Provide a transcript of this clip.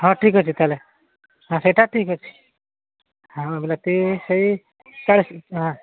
ହଁ ଠିକ୍ ଅଛି ତାହେଲେ ହଁ ସେଇଟା ଠିକ୍ ଅଛି ହଁ ବିଲାତି ସେଇ ଚାଳିଶ